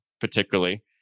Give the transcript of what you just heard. particularly